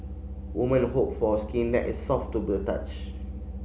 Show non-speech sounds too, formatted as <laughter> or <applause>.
woman hope for skin that is soft to <unintelligible> touch